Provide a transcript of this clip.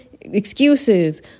excuses